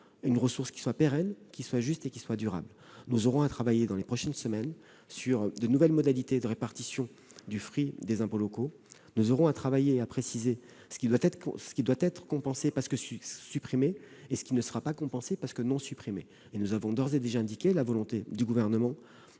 une ressource qui soit pérenne, juste et durable. Nous aurons à travailler, dans les prochaines semaines, sur de nouvelles modalités de répartition du fruit des impôts locaux. Nous devrons préciser ce qui doit être compensé parce que supprimé et ce qui ne sera pas compensé parce que non supprimé. Nous avons d'ores et déjà indiqué la volonté du Gouvernement